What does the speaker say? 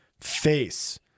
face